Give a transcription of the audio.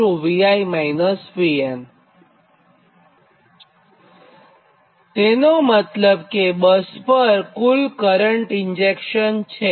તો તેનો મતલબ કે બસ પર કુલ કરંટ ઇન્જેક્શન છે